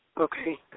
Okay